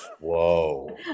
whoa